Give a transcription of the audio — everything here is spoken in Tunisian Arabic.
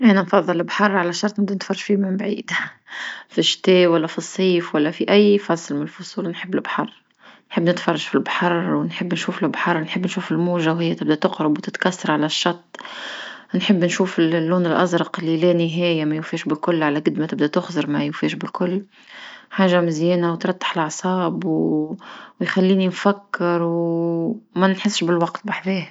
أنا نفضل لبحر على شرط نتفرج عليه من لبعيد، في الشتاء ولا في الصيف ولا في أي فصل من الفصول نحب لبحر نحب نتفرج في لبحر ونحب نشوف لبحر نحب نشوف الموجة وهيا تقرب وتنكسر على الشط نحب النشوف اللون الأزرق الي لا نهاية ما يوفاش بكل على قدر ما تبدأ تخزر ما يوفاش بكل حاجة مزيانة وتريح الأعصاب ويخلني النفكر ومنحسش بالوقت بحذاه.